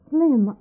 Slim